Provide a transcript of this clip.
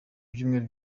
byumweru